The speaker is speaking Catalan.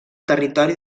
territori